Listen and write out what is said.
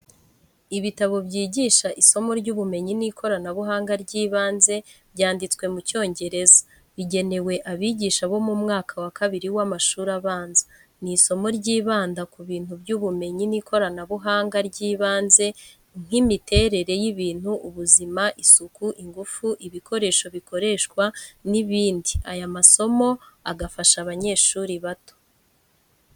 Ibitabo byigisha isomo ry'ubumenyi n’ikoranabuhanga ry’ibanze byanditswe mu cyongereza, bigenewe abigisha bo mu mwaka wa kabiri w’amashuri abanza. Ni isomo ryibanda ku bintu by'ubumenyi n'ikoranabuhanga ry’ibanze nk'imiterere y’ibintu, ubuzima, isuku, ingufu, ibikoresho bikoreshwa n’ibindi aya masomo agafasha abanyeshuri bato.